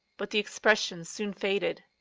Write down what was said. but the expression soon faded.